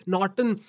Norton